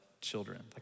children